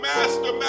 Master